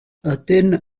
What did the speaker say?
ydyn